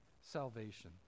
salvation